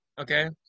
Okay